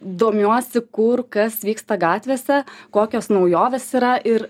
domiuosi kur kas vyksta gatvėse kokios naujovės yra ir